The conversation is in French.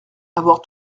avoir